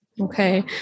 Okay